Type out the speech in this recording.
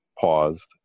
paused